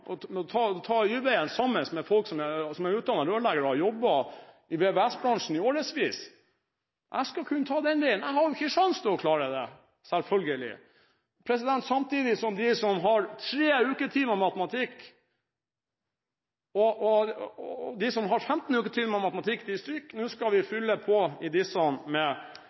ta Y-veien sammen med folk som er utdannet rørleggere og har jobbet i VVS-bransjen i årevis. Jeg skulle kunne ta den veien, men jeg ville selvfølgelig ikke hatt sjanse til å klare det. De som har 15 uketimer med matematikk, stryker. Nå skal vi fylle på her med kandidater med 3 uketimer med matematikk – når allerede 37 pst. stryker, de aller fleste på